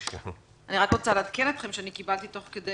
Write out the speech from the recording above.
אני רק רוצה לעדכן אתכם שקיבלתי תוך כדי